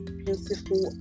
beautiful